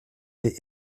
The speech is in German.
sie